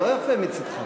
לא יפה מצדך.